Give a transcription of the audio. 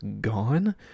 gone